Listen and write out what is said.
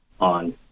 on